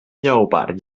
lleopard